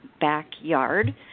backyard